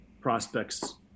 prospects